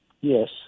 Yes